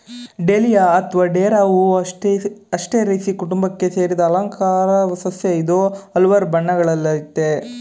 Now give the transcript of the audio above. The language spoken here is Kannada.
ಡೇಲಿಯ ಅತ್ವ ಡೇರಾ ಹೂ ಆಸ್ಟರೇಸೀ ಕುಟುಂಬಕ್ಕೆ ಸೇರಿದ ಅಲಂಕಾರ ಸಸ್ಯ ಇದು ಹಲ್ವಾರ್ ಬಣ್ಣಗಳಲ್ಲಯ್ತೆ